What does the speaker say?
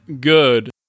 Good